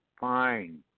Fine